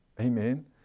Amen